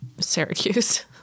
Syracuse